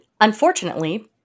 unfortunately